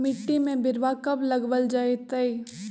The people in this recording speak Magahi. मिट्टी में बिरवा कब लगवल जयतई?